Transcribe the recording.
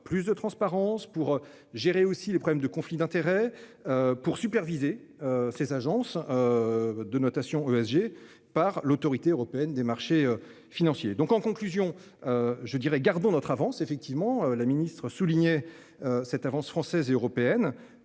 plus de transparence pour gérer aussi les problèmes de conflit d'intérêts. Pour superviser ces agences. De notation ESG par l'Autorité européenne des marchés financiers, donc en conclusion. Je dirais, garder notre avance effectivement la Ministre souligné. Cette avance française et européenne.